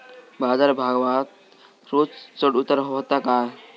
बाजार भावात रोज चढउतार व्हता काय?